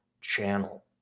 channel